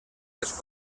les